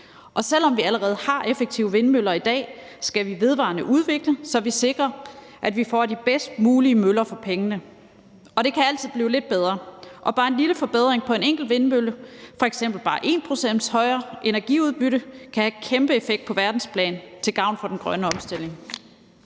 Og selv om vi allerede har effektive vindmøller i dag, skal vi vedvarende udvikle, så vi sikrer, at vi får de bedst mulige møller for pengene. Det kan altid blive lidt bedre, og bare en lille forbedring på en enkelt vindmølle, f.eks. bare 1 pct. højere energiudbytte, kan have et kæmpe effekt på verdensplan til gavn for den grønne omstilling.